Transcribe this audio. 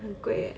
很贵 leh